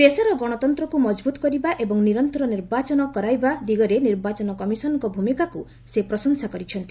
ଦେଶର ଗଣତନ୍ତ୍ରକୁ ମଜଭୁତ କରିବା ଏବଂ ନିରନ୍ତର ନିର୍ବାଚନ କରାଇବା ଦିଗରେ ନିର୍ବାଚନ କମିଶନଙ୍କ ଭୂମିକାକୁ ସେ ପ୍ରଶଂସା କରିଛନ୍ତି